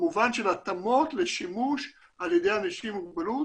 במובן של התאמות לשימוש על ידי אנשים עם מוגבלות,